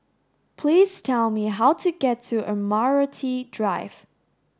please tell me how to get to Admiralty Drive